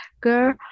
girl